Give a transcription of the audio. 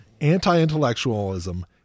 anti-intellectualism